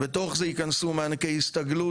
ובתוך זה ייכנסו מענקי הסתגלות,